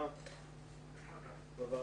היום הוא יום שני